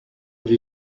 have